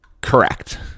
Correct